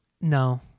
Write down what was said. No